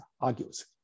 argues